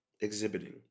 exhibiting